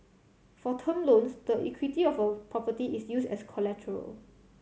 for term loans the equity of a property is used as collateral